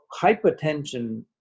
hypertension